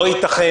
לא ייתכן,